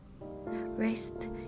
Rest